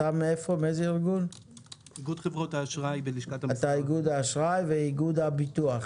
אתה איגוד האשראי ואיגוד הביטוח